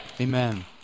Amen